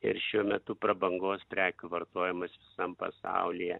ir šiuo metu prabangos prekių vartojimas visam pasaulyje